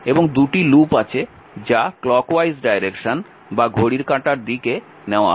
এবং 2টি লুপ আছে যা ঘড়ির কাঁটার দিকে নেওয়া হয়